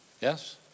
Yes